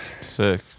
Sick